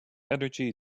energy